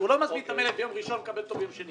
הרי הוא לא מזמין את המלט ביום ראשון ומקבל אותו ביום שני.